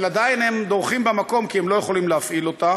אבל עדיין הם דורכים במקום כי הם לא יכולים להפעיל אותה.